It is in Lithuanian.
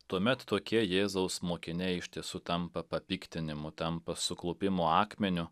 tuomet tokie jėzaus mokiniai iš tiesų tampa papiktinimu tampa suklupimo akmeniu